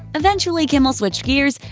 eventually, kimmel switched gears,